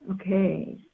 Okay